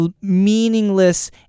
meaningless